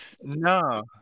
No